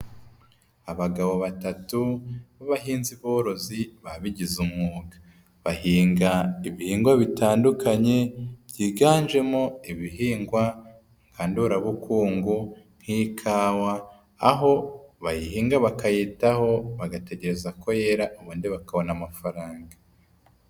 Abagabo batatu b'abahinzi borozi babigize umwuga. Bahinga ibihingwa bitandukanye byiganjemo ibihingwa nka ndorabukungu nk'ikawa aho bayihinga bakayitaho, bagategereza ko yera ubundi bakabona amafaranga.